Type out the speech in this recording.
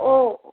ও